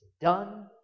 done